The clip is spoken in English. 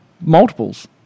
Multiples